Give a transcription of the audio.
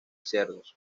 cerdos